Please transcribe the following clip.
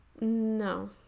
No